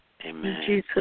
Amen